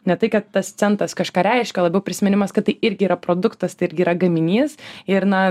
ne tai kad tas centas kažką reiškia labiau prisiminimas kad tai irgi yra produktas tai irgi yra gaminys ir na